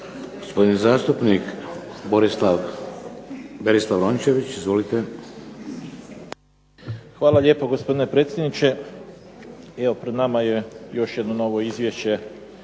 Gospodin zastupnik Berislav Rončević. Izvolite. **Rončević, Berislav (HDZ)** Hvala lijepo gospodine predsjedniče. Evo pred nama je još jedno novo izvješće